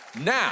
Now